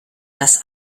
das